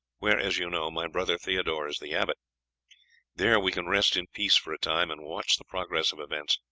where, as you know, my brother theodore is the abbot there we can rest in peace for a time, and watch the progress of events.